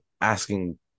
asking